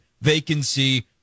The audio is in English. vacancy